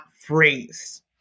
phrase